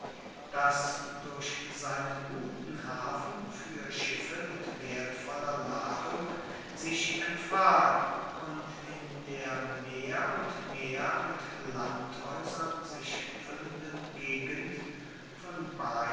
das durch seinen guten hafen für schiffe mit wertvoller ladung sich empfahl und in der mehr und mehr mit landhäusern sich füllenden gegend von